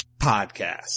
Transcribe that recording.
podcast